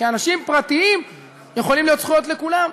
כאנשים פרטיים יכולות להיות זכויות לכולם.